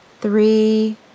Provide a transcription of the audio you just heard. three